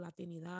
Latinidad